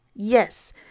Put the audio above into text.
Yes